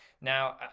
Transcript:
Now